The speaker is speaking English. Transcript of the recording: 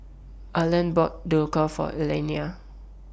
Arlen bought Dhokla For Elaina